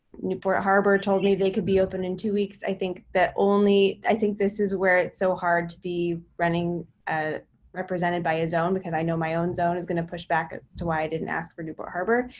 newport harbor told me they could be open in two weeks. i think that only, i think this is where it's so hard to be running ah represented by his own, because i know my own zone is going to push back ah to why i didn't ask for newport harbor.